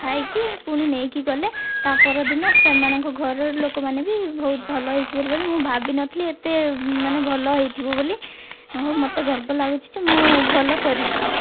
ଖାଇକି ପୁଣି ନେଇକି ଗଲେ ତା'ପର ଦିନ ସେମାନଙ୍କ ଘରର ଲୋକମାନେ ବି ବହୁତ ଭଲ ହୋଇଛି ବୋଲି କହିଲେ ମୁଁ ଭାବି ନଥିଲି ଏତେ ମାନେ ଭଲ ହୋଇଥିବ ବୋଲି ଆଉ ମୋତେ ଗର୍ବ ଲାଗୁଛି ଯେ ମୁଁ ଭଲ କରିଛି